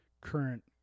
current